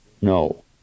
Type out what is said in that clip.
No